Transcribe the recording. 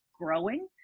growing